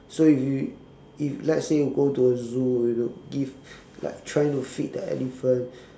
so if you if let's say you go to a zoo you know give like trying to feed the elephant